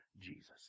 Jesus